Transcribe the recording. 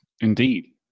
indeed